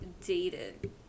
dated